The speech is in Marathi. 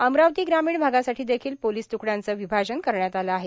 अमरावती ग्रामीण भागासाठी देखील पोलीस त्कड्यांचं विभाजन करण्यात आलं आहे